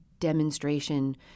demonstration